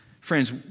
Friends